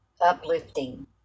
uplifting